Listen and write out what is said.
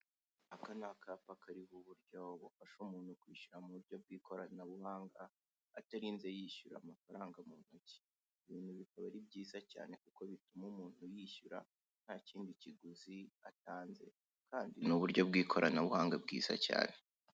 Aka ni akapa kariho uburyo bufasha umuntu kwishyura ku ikoranabuhanga atarinze yishyura amafaranga mu ntoki. Ibi bintu bikaba ari byiza cyane kuko bituma umuntu yishyura ntakindi kiguzi atanze kandi ni uburyo bw'ikoranabuhanga bwiza cyane.